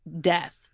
death